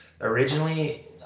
Originally